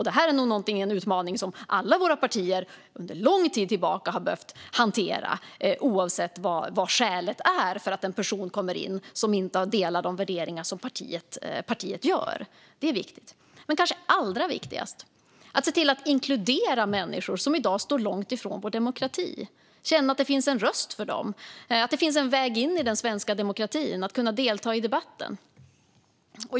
Det här är en utmaning som alla våra partier under lång tid har behövt hantera, oavsett vad orsaken är till att det kommer in en person som inte delar de värderingar partiet har. Detta är viktigt. Men det kanske allra viktigaste är att se till att inkludera människor som i dag står långt ifrån vår demokrati och få dem att känna att det finns en röst för dem, att det finns en väg in i den svenska demokratin och att de kan delta i debatten.